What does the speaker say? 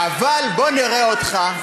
אבל בוא נראה אותך,